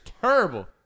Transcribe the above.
terrible